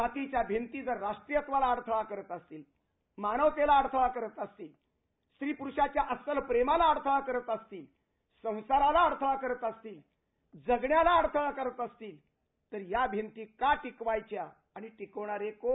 जातीच्या भिंती जर राष्ट्रत्वाला अडळळा करत असतील मानवतेला अडथळा करत असतील स्त्री प्ररूष्याच्या असलं प्रेमाला अडथळा करत असतील संसाराला अडथळा करत असतील जगण्याला अडथळा करत असतील तर या भिंती का टिकवायच्या आणि टिकवणारे कोण